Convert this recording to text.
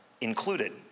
included